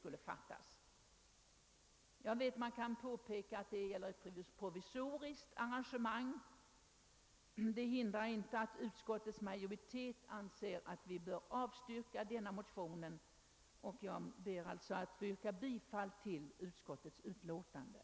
Jag vet att man kan påpeka att förslaget bara gäller ett provisoriskt arrangemang. Det hindrar inte att utskottsmajoriteten anser att vi bör avslå motionen. Jag ber alltså att få yrka bifall till utskottets hemställan.